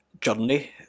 journey